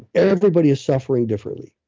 everybody is suffering differently.